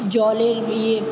জলের ইয়ে